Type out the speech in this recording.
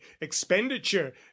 expenditure